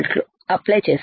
apply చేశారు